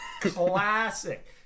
Classic